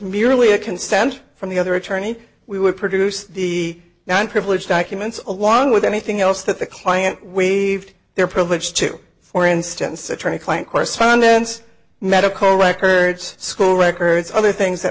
merely a consent from the other attorney we would produce the noun privilege documents all along with anything else that the client waived their privilege to for instance attorney client correspondence medical records school records other things that